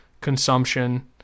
Consumption